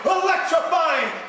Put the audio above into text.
electrifying